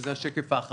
וזה השקף האחרון: